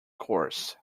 course